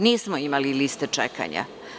Nismo imali liste čekanja.